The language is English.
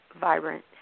vibrant